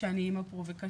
שאני אמא פרובוקטיבית,